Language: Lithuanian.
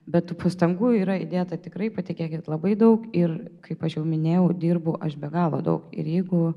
bet pastangų yra įdėta tikrai patikėkit labai daug ir kaip aš jau minėjau dirbau aš be galo daug ir jeigu